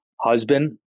husband